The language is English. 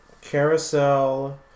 Carousel